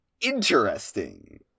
Interesting